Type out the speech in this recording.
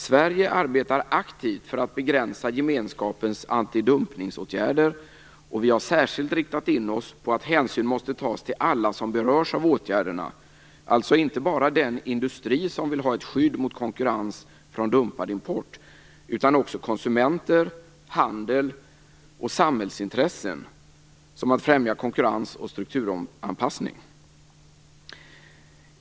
Sverige arbetar aktivt för att begränsa gemenskapens antidumpningsåtgärder. Vi har särskilt riktat in oss på att hänsyn måste tas till alla som berörs av åtgärderna, dvs. inte bara den industri som vill ha ett skydd mot konkurrens från dumpad import utan också konsumenter, handel och samhällsintressen som att främja konkurrens och strukturanpassning.